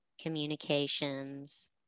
communications